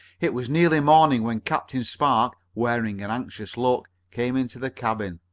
it was nearly morning when captain spark, wearing an anxious look, came into the cabin.